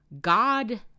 God